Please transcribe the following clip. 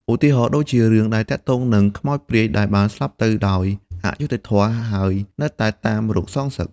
ឧទាហរណ៍ដូចជារឿងដែលទាក់ទងនឹងខ្មោចព្រាយដែលបានស្លាប់ទៅដោយអយុត្តិធម៌ហើយនៅតែតាមរកសងសឹក។